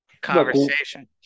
conversation